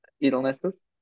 Illnesses